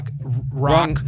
rock